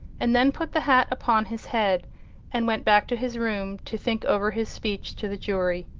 and then put the hat upon his head and went back to his room to think over his speech to the jury.